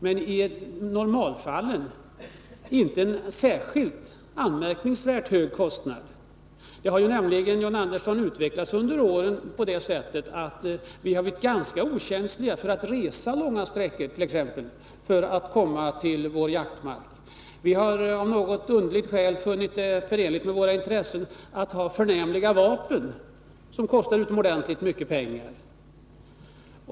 Men i normalfallen är det inte någon anmärkningsvärt hög kostnad. Under åren har det utvecklat sig så, John Andersson, att vi blivit ganska okänsliga för att resa långa sträckor för att komma till våra jaktmarker. Vi har av något underligt skäl funnit det förenligt med våra intressen att ha förnämliga vapen, som kostar utomordentligt mycket pengar.